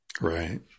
Right